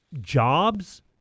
jobs